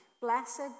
Blessed